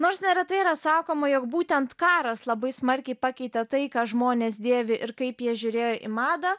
nors neretai yra sakoma jog būtent karas labai smarkiai pakeitė tai ką žmonės dėvi ir kaip jie žiūrėjo į madą